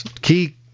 key